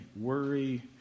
worry